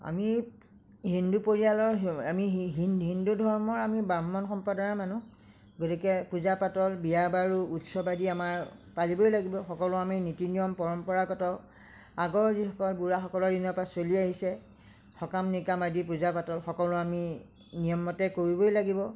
আমি হিন্দু পৰিয়ালৰ আমি হিন্দু ধৰ্মৰ আমি ব্ৰাহ্মণ সম্প্ৰ্ৰদায়ৰ মানুহ গতিকে পূজা পাতল বিয়া বাৰু উৎসৱ আদি আমাৰ পালিবই লাগিব সকলো আমি নীতি নিয়ম পৰম্পৰাগত আগৰ যিসকল বুঢ়াসকলৰ দিনৰ পৰা চলি আহিছে সকাম নিকাম আদি পূজা পাতল সকলো আমি নিয়মমতে কৰিবই লাগিব